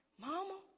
Mama